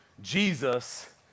Jesus